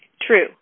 True